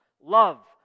love